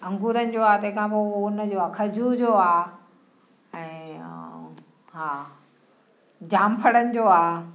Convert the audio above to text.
अंगूरनि जो आहे तंहिंखां पोइ हुअ हुनजो आहे खजूर जो आहे ऐं हा जामफड़नि जो आहे